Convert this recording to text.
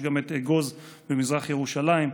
יש גם את אגוז במזרח ירושלים,